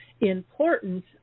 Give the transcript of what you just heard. important